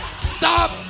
stop